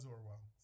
Orwell